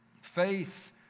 Faith